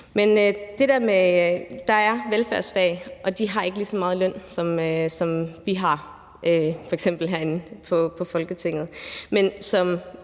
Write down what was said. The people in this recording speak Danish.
Men ansatte i velfærdsfagene har ikke lige så meget i løn, som vi f.eks. har herinde i Folketinget.